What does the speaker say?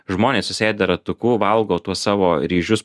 žmonės susėdę ratuku valgo tuos savo ryžius